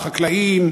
לחקלאים,